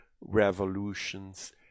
revolutions